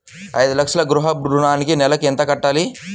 ఐదు లక్షల గృహ ఋణానికి నెలకి ఎంత కట్టాలి?